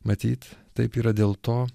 matyt taip yra dėl to